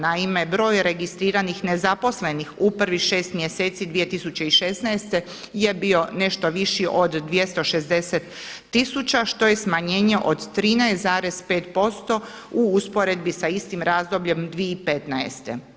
Naime, broj registriranih nezaposlenih u prvih šest mjeseci 2016. je bio nešto viši od 260 000 što je smanjenje od 13,5% u usporedbi sa istim razdobljem 2015.